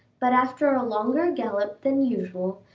but after a longer gallop than usual,